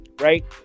right